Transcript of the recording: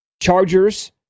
Chargers